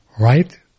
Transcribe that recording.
right